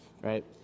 right